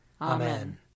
Amen